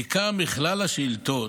ניכר מכלל השאילתות,